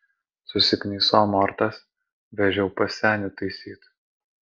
susikniso amortas vežiau pas senį taisyt